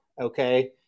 Okay